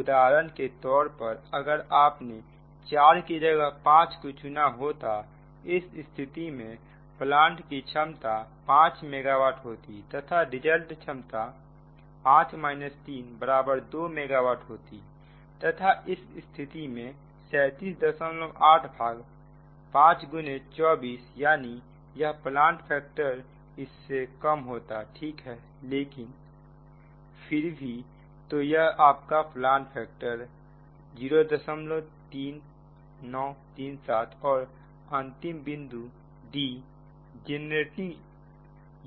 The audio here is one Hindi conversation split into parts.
उदाहरण के तौर पर अगर आपने 4 की जगह 5 को चुना होता उस स्थिति में प्लांट की क्षमता 5 मेगावाट होती तथा रिजल्ट क्षमता 5 3 2 मेगा वाट होती तथा इस स्थिति में 378 भाग 524 यानी यह प्लांट फैक्टर इससे कम होता ठीक है लेकिन फिर भी तो यह आपका प्लांट फैक्टर 03937 और अब अंतिम बिंदु d जेनरेटिंग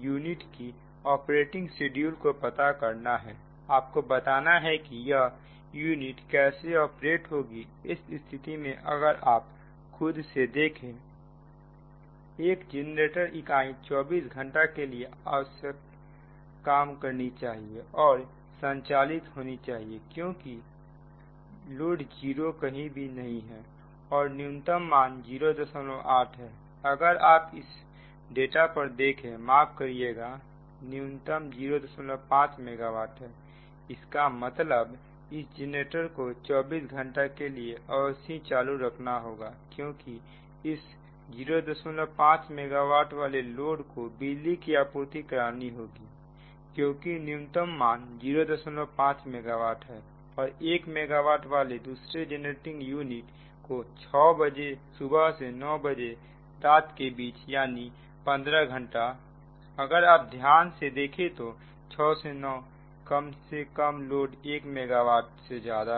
यूनिट के ऑपरेटिंग सेड्यूल को पता करना है आपको बताना है कि यह यूनिट कैसे ऑपरेट होंगी इस स्थिति में अगर आप खुद से देखें एक जेनरेटर इकाई 24 घंटे के लिए अवश्य काम करनी चाहिए और संचालित होनी चाहिए क्योंकि लोड जीरो कहीं भी नहीं है और न्यूनतम मान 08 है अगर आप उस डाटा पर देखें माफ करिएगा न्यूनतम 05 मेगा वाट है इसका मतलब इस जनरेटर को 24 घंटा के लिए अवश्य ही चालू रहना होगा क्योंकि इस 05 मेगावाट वाले लोड को बिजली की आपूर्ति करानी होगी क्योंकि न्यूनतम मान 05 मेगावाट है और 1 मेगा वाट वाले दूसरे जनरेटिंग यूनिट को 600 am से 900pm के बीच यानी 15 घंटा अगर आप ध्यान से देखें तो 600 से 900 कम से कम लोड 1 मेगावाट से ज्यादा है